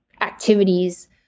activities